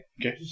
Okay